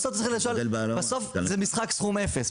בסוף זה משחק סכום אפס,